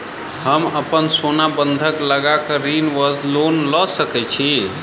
हम अप्पन सोना बंधक लगा कऽ ऋण वा लोन लऽ सकै छी?